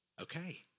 okay